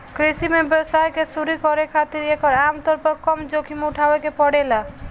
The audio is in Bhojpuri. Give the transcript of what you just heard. कृषि में व्यवसाय के शुरू करे खातिर एकर आमतौर पर कम जोखिम उठावे के पड़ेला